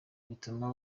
bituma